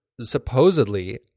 supposedly